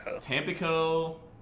Tampico